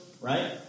right